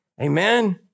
Amen